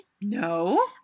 no